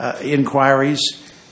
inquiries